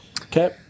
Okay